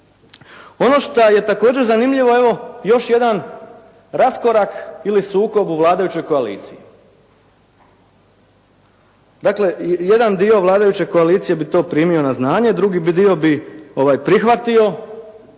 Ono šta je također zanimljivo evo još jedan raskorak ili sukob u vladajućoj koaliciji. Dakle jedan dio vladajuće koalicije bi to primio na znanje. Drugi dio bi prihvatio.